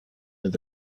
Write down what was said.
near